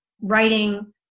writing